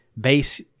base